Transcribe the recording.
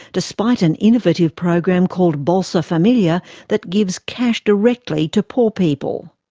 despite an innovative program called bolsa familia that gives cash directly to poor people.